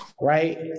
Right